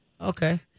Okay